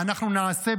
ואנחנו נעשה,